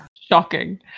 Shocking